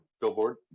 billboard